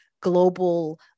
global